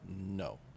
No